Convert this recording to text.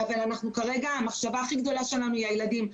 אבל כרגע המחשבה הכי גדולה שלנו היא על הילדים.